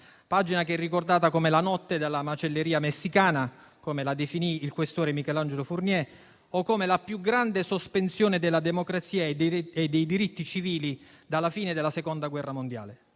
pagina ricordata come «la notte della macelleria messicana» - come la definì il vice questore Michelangelo Fournier - o come la più grande sospensione della democrazia e dei diritti civili dalla fine della Seconda guerra mondiale.